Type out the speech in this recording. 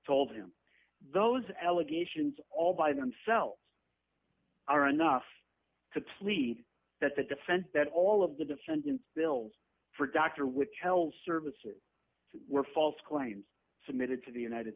told him those allegations all by themselves are enough to plead that the defense that all of the defendants bills for doctor with child services were false claims submitted to the united